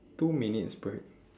two minutes break